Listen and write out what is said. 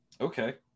Okay